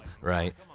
Right